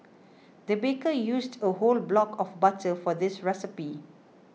the baker used a whole block of butter for this recipe